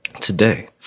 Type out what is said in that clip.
today